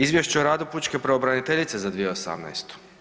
Izvješće o radu pučke pravobraniteljice za 2018.